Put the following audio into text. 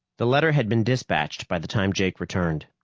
the letter had been dispatched by the time jake returned.